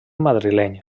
madrileny